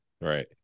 Right